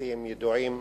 הסטטיסטיים ידועים.